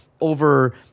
over